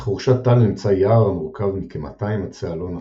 בחורשת טל נמצא יער המורכב מכמאתיים עצי אלון התבור,